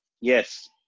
Yes